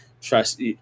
trust